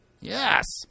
yes